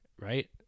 Right